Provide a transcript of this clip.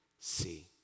see